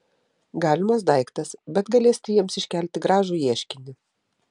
galimas daiktas bet galėsite jiems iškelti gražų ieškinį